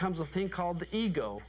comes a thing called the ego